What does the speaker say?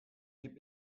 gib